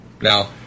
now